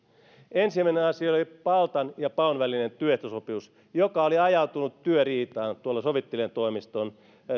ensimmäinen asia oli paltan ja paun välinen työehtosopimus joka oli ajautunut työriitaan sovittelijan toimiston